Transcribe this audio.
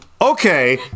Okay